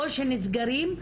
או שנסגרים,